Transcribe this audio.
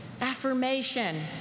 Affirmation